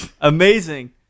amazing